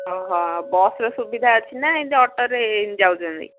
ଓହୋ ବସ୍ର ସୁବିଧା ଅଛି ନା ଏମିତି ଅଟୋରେ ଯାଉଛନ୍ତି